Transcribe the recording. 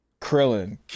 Krillin